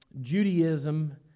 Judaism